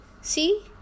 see